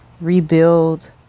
rebuild